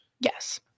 Yes